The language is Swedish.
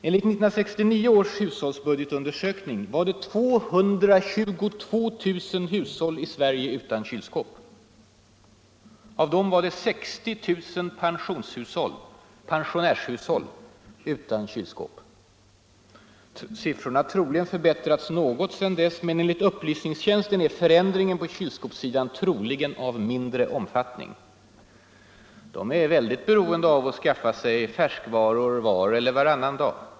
Enligt 1969 års hushållsbudgetundersökning var 222 000 hushåll i Sverige utan kylskåp. Av dem var 60 000 pensionärshushåll utan kylskåp. Siffrorna har troligen förbättrats något sedan dess, men enligt upplysningstjänsten är förändringen på kylskåpssidan sannolikt ”av mindre omfattning”. Dessa människor är mycket beroende av att skaffa sig färskvaror var eller varannan dag.